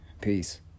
Peace